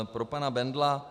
Pro pana Bendla.